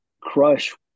Crush